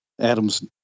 Adams